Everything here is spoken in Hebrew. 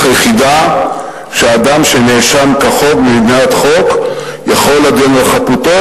היחידה שאדם שנאשם כחוק במדינת חוק יכול להגן על חפותו,